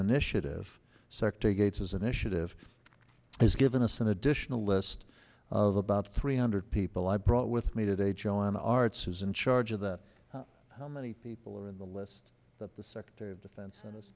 initiative secretary gates has initiative has given us an additional list of about three hundred people i brought with me today joe in arts is in charge of that how many people are in the list that the secretary of defense